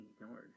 ignored